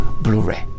Blu-ray